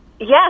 Yes